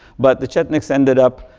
but the chetniks ended up